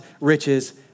riches